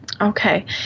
Okay